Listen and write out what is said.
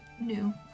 new